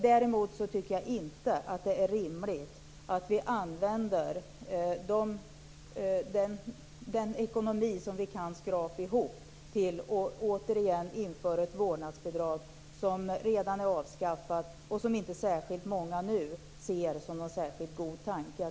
Däremot tycker jag inte att det är rimligt att vi använder de pengar som vi kan skrapa ihop till att återigen införa ett vårdnadsbidrag som redan är avskaffat, och som inte särskilt många nu ser som en särskilt god tanke.